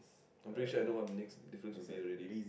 I precious other one next difference to be already